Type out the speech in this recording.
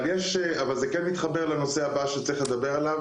אבל זה כן מתחבר לנושא הבא שצריך לדבר עליו